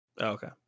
Okay